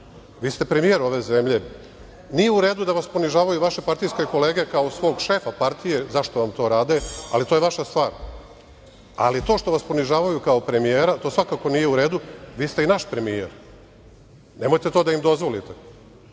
Vi ste premijer ove zemlje i nije u redu da vas ponižavaju vaše partijske kolege kao svog šefa partije. Zašto vam to rade? To je vaša stvar. To što vas ponižavaju kao premijera svakako nije u redu. Vi ste i naš premijer. Nemojte to da im dozvolite.